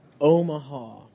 Omaha